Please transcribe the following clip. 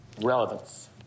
Relevance